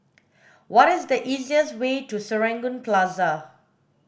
what is the easiest way to Serangoon Plaza